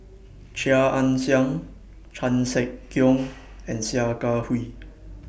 Chia Ann Siang Chan Sek Keong and Sia Kah Hui